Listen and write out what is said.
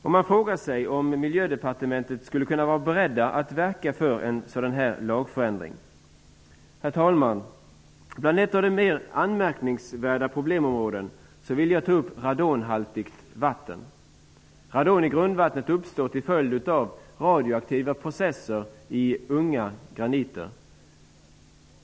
Jag vill därför fråga: Är miljöministern beredd att verka för en sådan lagförändring? Herr talman! Som ett av de mer anmärkningsvärda problemområdena vill jag ta upp radonhaltigt vatten. Radon i grundvattnet uppstår till följd av radioaktiva processer i unga graniter.